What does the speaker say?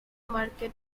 market